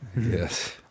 Yes